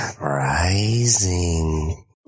rising